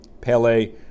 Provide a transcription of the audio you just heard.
Pele